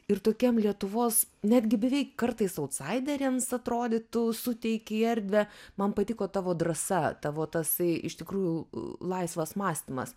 ir tokiam lietuvos netgi beveik kartais autsaideriams atrodytų suteiki erdvę man patiko tavo drąsa tavo tasai iš tikrųjų laisvas mąstymas